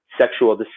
sexual